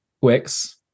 Wix